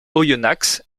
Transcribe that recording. oyonnax